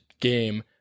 game